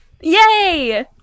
Yay